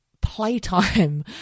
playtime